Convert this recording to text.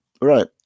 right